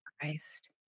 Christ